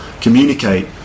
communicate